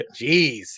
Jeez